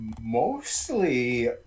mostly